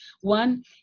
one